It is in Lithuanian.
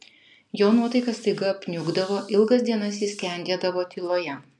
jo nuotaika staiga apniukdavo ilgas dienas jis skendėdavo tyloje